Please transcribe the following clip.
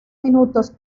minutos